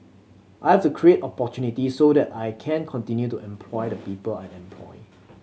I've the create opportunity so the I can continue to employ the people I employ